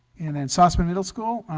and then sossaman middle school